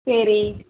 சரி